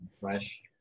fresh